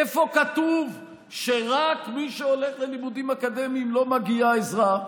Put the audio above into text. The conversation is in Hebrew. איפה כתוב שרק מי שהולך ללימודים אקדמיים מגיעה לו עזרה?